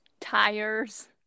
Tires